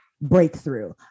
breakthrough